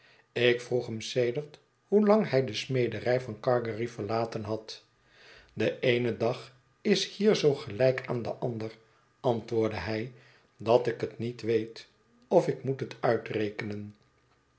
ik vroeg hem sedert hoelang hij de smederij van gargery verlaten had de eene dag is hier zoo gelijk aan den ander antwoordde hij dat ik het nietweet of ik moet het uitrekenen